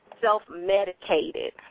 self-medicated